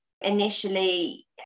Initially